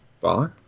Bye